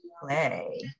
play